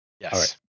Yes